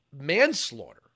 manslaughter